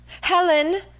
Helen